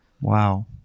Wow